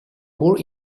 more